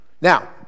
Now